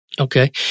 Okay